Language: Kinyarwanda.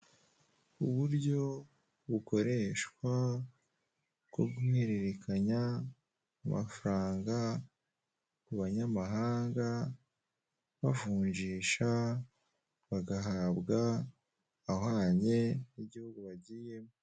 Uburyo bukoreshwa bwo guhererekanya amafaranga ku banyamahanga bavunjisha bagahabwa ahwanye n'igihugu bagiyemo.